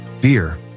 beer